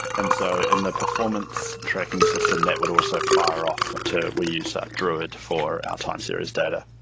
and so and the performance tracking system, that would also fire off to, we use that druid for our time series data.